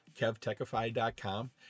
kevtechify.com